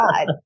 God